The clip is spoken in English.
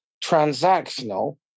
transactional